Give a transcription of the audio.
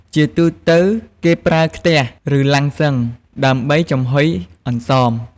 ជាទូទៅគេប្រើខ្ទះ ឬឡាំងសុឹងដើម្បីចំហុយអន្សម។